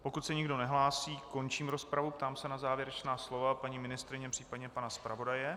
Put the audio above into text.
Pokud se nikdo nehlásí, končím rozpravu a ptám se na závěrečná slova paní ministryně, příp. pana zpravodaje.